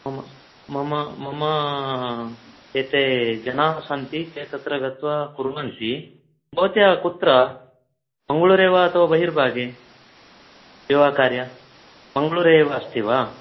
मम मम मम एते जनाः सन्ति ते तत्र गत्वा कुर्वन्ति भवत्याः कुत्र मङ्गलूरेव अथवा बहिर्भागे सेवा कार्य मंगलूरेव अस्ति वा